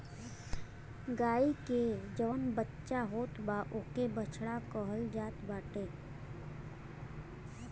गाई के जवन बच्चा होत बा ओके बछड़ा कहल जात बाटे